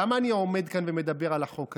למה אני עומד כאן ומדבר על החוק הזה?